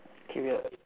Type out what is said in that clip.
k wait ah